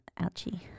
Ouchie